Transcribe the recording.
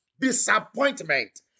disappointment